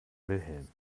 wilhelm